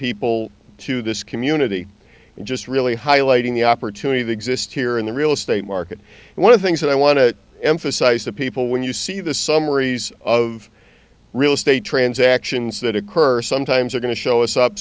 people to this community and just really highlighting the opportunity to exist here in the real estate market one of things that i want to emphasize to people when you see the summaries of real estate transactions that occur sometimes are going to show us up